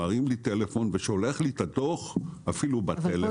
מרים לי טלפון ושולח לי את הדוח אפילו בטלפון.